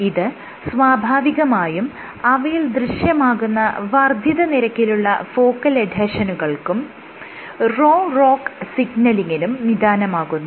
ഇത് സ്വാഭാവികമായും അവയിൽ ദൃശ്യമാകുന്ന വർദ്ധിത നിരക്കിലുള്ള ഫോക്കൽ എഡ്ഹെഷനുകൾക്കും Rho ROCK സിഗ്നലിങിനും നിദാനമാകുന്നു